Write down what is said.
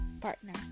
partner